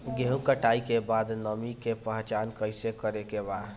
गेहूं कटाई के बाद नमी के पहचान कैसे करेके बा?